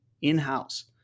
in-house